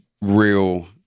real